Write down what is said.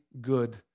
good